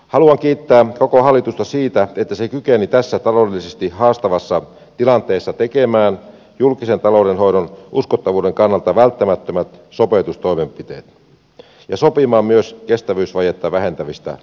haluan kiittää koko hallitusta siitä että se kykeni tässä taloudellisesti haastavassa tilanteessa tekemään julkisen talouden hoidon uskottavuuden kannalta välttämättömät sopeutustoimenpiteet ja sopimaan myös kestävyysvajetta vähentävistä ratkaisuista